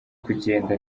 kugenda